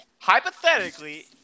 Hypothetically